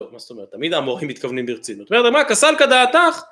מה זאת אומרת? תמיד המורים מתכוונים ברצינות. ברדה מה קא סלקא דעתך?